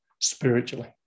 spiritually